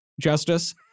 justice